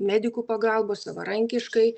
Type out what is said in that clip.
medikų pagalbos savarankiškai